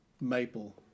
maple